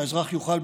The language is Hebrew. והאזרח יוכל,